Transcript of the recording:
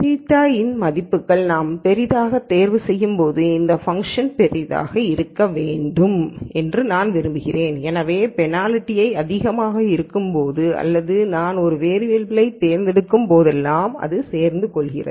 θ இன் மதிப்புகளை நான் பெரிதாக தேர்வு செய்யும்போது இந்த ஃபங்ஷன் பெரியதாக இருக்க வேண்டும் என்று நான் விரும்புகிறேன் எனவே பெனால்டி அதிகமாக இருக்கும் அல்லது நான் ஒரு வேரியபல் யைத் தேர்ந்தெடுக்கும் போதெல்லாம் ஒரு சேர்ந்து கொள்கிறது